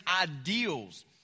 ideals